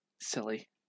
silly